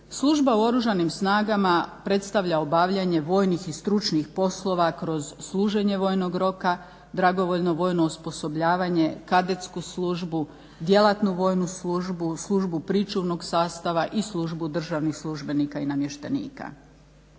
Služba u oružanim snagama predstavlja obavljanje vojnih i stručnih poslova kroz služenje vojnog roka, dragovoljno vojno osposobljavanje, kadetsku službu, djelatnu vojnu službu, službu pričuvnog sastava i službu državnih službenika i namještenika.